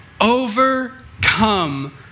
overcome